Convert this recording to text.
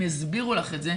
הם יסבירו לך את זה,